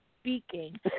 speaking